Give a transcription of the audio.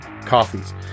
coffees